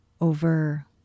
over